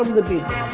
um the people.